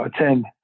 attend